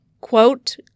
quote